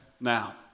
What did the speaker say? Now